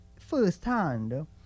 firsthand